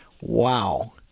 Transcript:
Wow